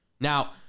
Now